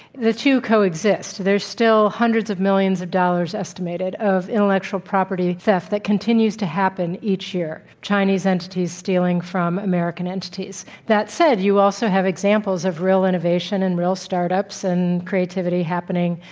the two coexist. there are still hundreds of millions of dollars estimated as intellectual property theft that continues to happen each year, chinese entities stealing from american entities. that said, you also have examples of real innovation and real startups and creativity happening,